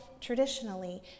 traditionally